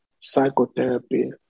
psychotherapy